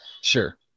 sure